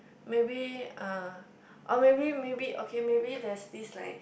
maybe uh or maybe maybe okay maybe there's this like